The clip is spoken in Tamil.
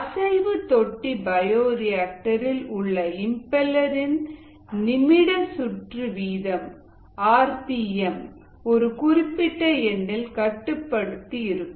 அசைவு தொட்டி பயோரியாக்டர் இல் உள்ள இம்பெலர் இன் நிமிட சுற்று வீதம் ஒரு குறிப்பிட்ட எண்ணில் கட்டுப்படுத்து இருக்கும்